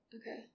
Okay